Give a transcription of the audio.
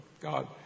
God